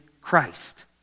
Christ